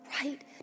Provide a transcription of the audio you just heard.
right